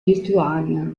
lituania